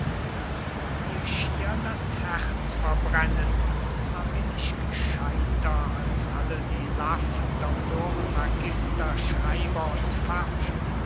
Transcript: das will mir schier das herz verbrennen zwar bin ich gescheidter als alle die laffen doctoren magister schreiber und pfaffen